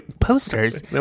posters